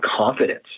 confidence